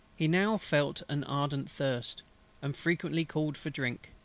he now felt an ardent thirst and frequently called for drink,